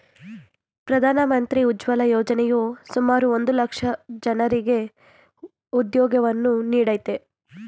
ಪ್ರಧಾನ ಮಂತ್ರಿ ಉಜ್ವಲ ಯೋಜನೆಯು ಸುಮಾರು ಒಂದ್ ಲಕ್ಷ ಜನರಿಗೆ ಉದ್ಯೋಗವನ್ನು ನೀಡಯ್ತೆ